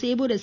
Sevur S